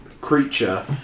Creature